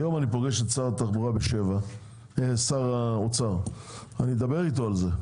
היום בשבע אני פוגש את שר האוצר ואני אדבר אתו על זה,